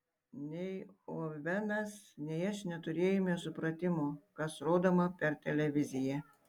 nei ovenas nei aš neturėjome supratimo kas rodoma per televiziją